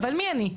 אבל מי אני?